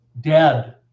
dead